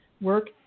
work